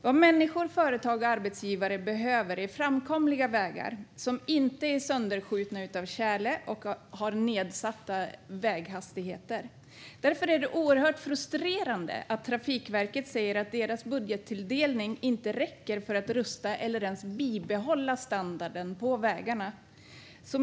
Vad människor, företag och arbetsgivare behöver är framkomliga vägar som inte är sönderskjutna av tjäle och som inte har nedsatta tillåtna hastigheter. Därför är det oerhört frustrerande att Trafikverket säger att deras budgettilldelning inte räcker för att rusta eller ens bibehålla standarden på vägarna.